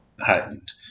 heightened